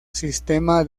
sistema